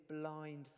blind